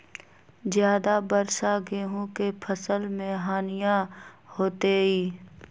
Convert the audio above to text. ज्यादा वर्षा गेंहू के फसल मे हानियों होतेई?